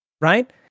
right